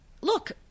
look